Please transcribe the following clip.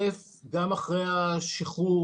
גם אחרי השחרור,